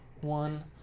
one